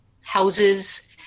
houses